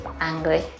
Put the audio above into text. angry